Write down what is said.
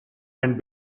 and